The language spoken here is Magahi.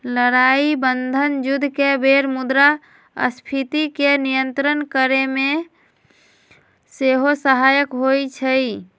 लड़ाइ बन्धन जुद्ध के बेर मुद्रास्फीति के नियंत्रित करेमे सेहो सहायक होइ छइ